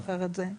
אתה זוכר את זה?